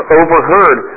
overheard